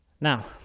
Now